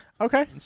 Okay